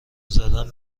زدن